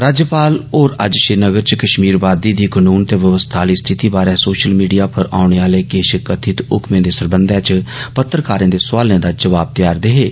राज्यपाल होर अज्ज श्रीनगर च कश्मीर वादी दी कनून ते व्यवस्था आह्ली स्थिति बारै सौशल मीड़िया पर औने आले किश कथित हुक्में दे सरबंधै च पत्रकारें दे सोआलें दा जवाब देआ'रदे हे